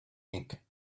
ink